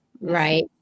right